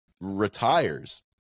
retires